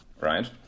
right